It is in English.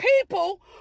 people